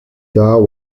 tard